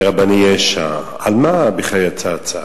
מרבני יש"ע, על מה בכלל יצא הצו?